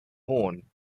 horne